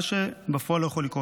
מה שבפועל לא יכול לקרות.